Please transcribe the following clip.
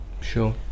sure